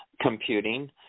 computing